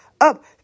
up